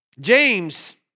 James